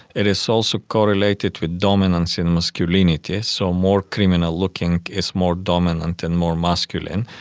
it is also correlated with dominance and masculinity, so more criminal looking is more dominant and more masculine.